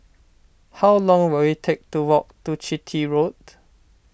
how long will it take to walk to Chitty Road